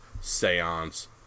Seance